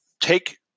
Take